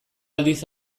aldiz